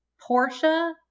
Portia